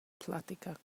plática